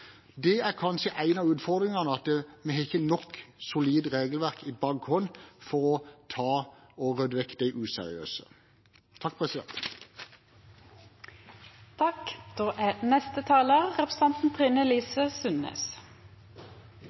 Det er kanskje en av utfordringene – vi har ikke nok solid regelverk i bakhånd for å kunne rydde vekk de useriøse.